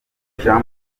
jean